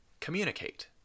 communicate